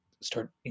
start